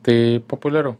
tai populiaru